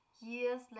years